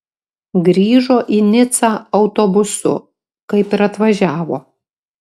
grįžo į nicą autobusu kaip ir atvažiavo